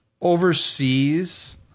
Overseas